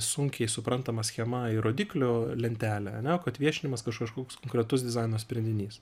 sunkiai suprantama schema ir rodiklių lentelė ane o kad viešinimas kažkoks konkretus dizaino sprendinys